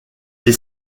est